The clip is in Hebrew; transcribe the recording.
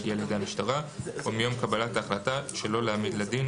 הגיע לידי המשטרה או מיום קבלת ההחלטה שלא להעמיד לדין,